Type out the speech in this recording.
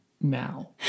now